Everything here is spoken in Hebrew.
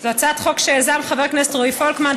זו הצעת חוק שיזמו חברי הכנסת רועי פולקמן,